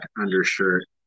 undershirt